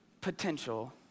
potential